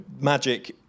magic